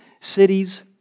cities